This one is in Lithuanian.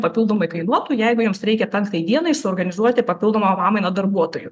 papildomai kainuotų jeigu joms reikia penktai dienai suorganizuoti papildomą pamainą darbuotojų